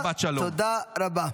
תודה רבה.